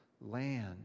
land